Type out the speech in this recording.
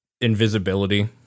invisibility